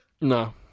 No